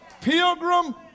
pilgrim